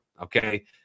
okay